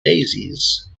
daisies